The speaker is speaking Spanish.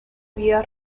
vía